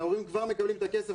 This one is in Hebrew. ההורים כבר מקבלים את הכסף,